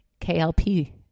KLP